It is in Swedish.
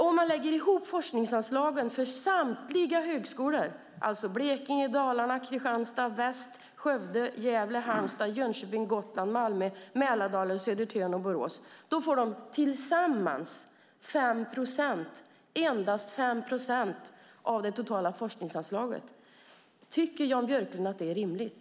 Om man lägger ihop forskningsanslagen för samtliga regionala högskolor - Blekinge, Dalarna, Kristianstad, Väst, Skövde, Gävle, Halmstad, Jönköping, Gotland, Malmö, Mälardalen, Södertörn och Borås - får de tillsammans endast 5 procent av det totala forskningsanslaget. Tycker Jan Björklund att det är rimligt?